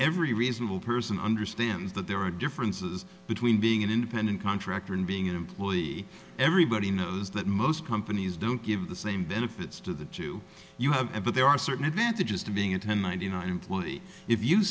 every reasonable person understands that there are differences between being an independent contractor and being an employee everybody knows that most companies don't give the same benefits to the two you have ever there are certain advantages to being a ten ninety nine employee if